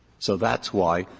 so that's why,